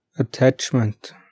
Attachment